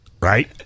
Right